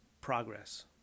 progress